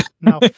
No